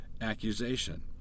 accusation